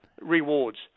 rewards